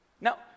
Now